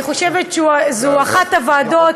אני חושבת שזאת אחת הוועדות,